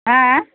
ହଁ ହଁ